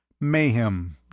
Mayhem